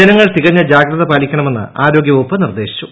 ജനങ്ങൾ തികഞ്ഞ ജാഗ്രത പാലിക്കണമെന്ന് ആരോഗ്യവകുപ്പ് നിർദ്ദേശിച്ചു